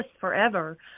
forever